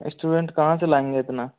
student कहाँ से लाएंगे इतना